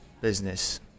business